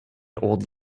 old